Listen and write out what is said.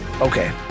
Okay